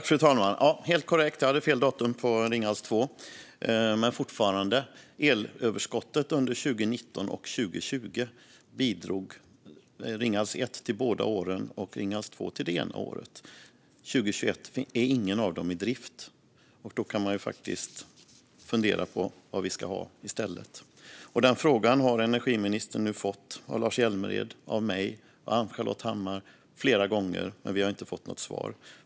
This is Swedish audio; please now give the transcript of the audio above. Fru talman! Ja, det är helt korrekt. Jag hade fel datum när det gäller Ringhals 2. Men fortfarande gäller att Ringhals 1 bidrog till elöverskottet både 2019 och 2020 och att Ringhals 2 bidrog det ena året. År 2021 är inget av dem i drift, och då kan man fundera på vad vi ska ha i stället. Denna fråga har energiministern flera gånger fått av Lars Hjälmered, mig och Ann-Charlotte Hammar Johnsson, men vi har inte fått något svar.